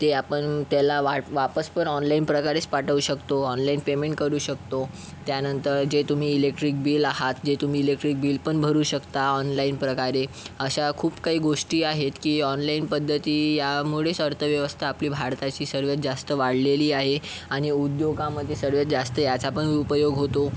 ते आपण त्याला वाट वापस पण ऑनलाइन प्रकारेच पाठवू शकतो ऑनलाइन पेमेंट करू शकतो त्यानंतर जे तुम्ही इलेक्ट्रिक बिल आहात जे तुम्ही इलेक्ट्रिक बिल पण भरू शकता ऑनलाइन प्रकारे अशा खूप काही गोष्टी आहेत की ऑनलाइन पद्धती यामुळेच अर्थव्यवस्था आपली भारताची सर्वात जास्त वाढलेली आहे आणि उद्योगामध्ये सर्वात जास्त ह्याचा पण उपयोग होतो